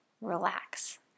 relax